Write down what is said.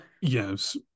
Yes